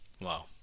Wow